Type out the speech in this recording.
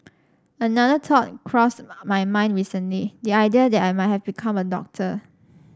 another thought crossed my mind recently the idea that I might have become a doctor